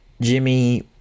Jimmy